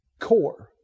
core